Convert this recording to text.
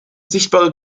sichtbare